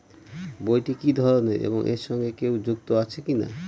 বইটি কি ধরনের এবং এর সঙ্গে কেউ যুক্ত আছে কিনা?